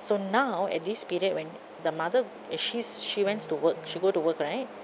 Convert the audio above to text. so now at this period when the mother is she's she went to work she go to work right